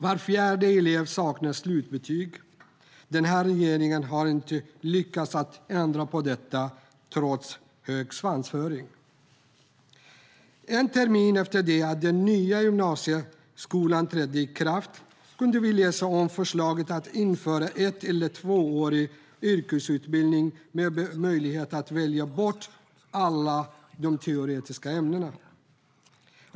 Var fjärde elev saknar slutbetyg. Den här regeringen har inte lyckats att ändra på detta, trots hög svansföring. En termin efter det att den nya gymnasieskolan trätt i kraft kunde vi läsa om förslaget att införa en ett eller tvåårig yrkesutbildning med möjlighet att välja bort alla de teoretiska ämnena.